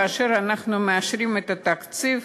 כאשר אנחנו מאשרים את התקציב,